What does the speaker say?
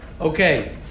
Okay